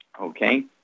Okay